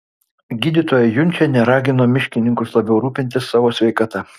gydytoja junčienė ragino miškininkus labiau rūpintis savo sveikata